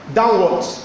downwards